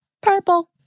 Purple